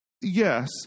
yes